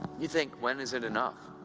you think, when is it enough?